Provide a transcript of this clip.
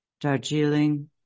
Darjeeling